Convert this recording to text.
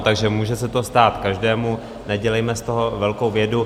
Takže může se to stát každému, nedělejme z toho velkou vědu.